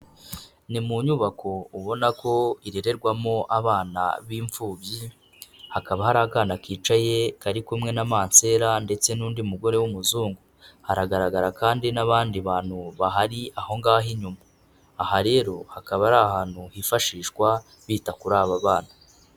Ni mu nyubako ubona ko irererwamo abana b'imfubyi, hakaba hari akana kicaye kari kumwe na mansera ndetse n'undi mugore w'umuzungu. Haragaragara kandi n'abandi bantu bahari aho ngaho inyuma, aha rero hakaba ari ahantu hifashishwa bita kuri aba bana.